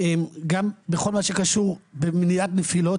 בכל מה שקשור במניעת נפילות,